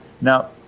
Now